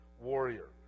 warrior